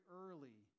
early